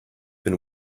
been